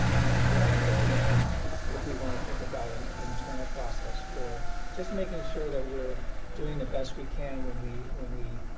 you know, what i'm thinking of is if we want to think about an internal process for just making sure that we're doing the best we can, when we, when we,